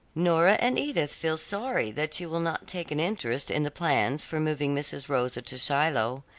nora and edith feel sorry that you will not take an interest in the plans for moving mrs. rosa to shiloh.